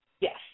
Yes